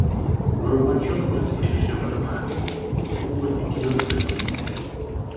gorbačiovas ir ševardnadzė buvo tik jo statytiniai